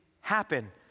happen